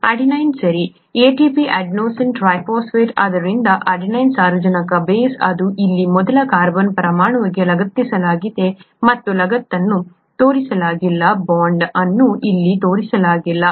adenine ಸರಿ ATP ಅಡೆನ್ adenosine triphosphate ಆದ್ದರಿಂದ ಅಡೆನಿನ್ ಸಾರಜನಕ ಬೇಸ್ ಇದು ಇಲ್ಲಿ ಮೊದಲ ಕಾರ್ಬನ್ ಪರಮಾಣುವಿಗೆ ಲಗತ್ತಿಸಲಾಗಿದೆ ಮತ್ತು ಲಗತ್ತನ್ನು ತೋರಿಸಲಾಗಿಲ್ಲ ಬಾಂಡ್ ಅನ್ನು ಇಲ್ಲಿ ತೋರಿಸಲಾಗಿಲ್ಲ